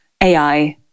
AI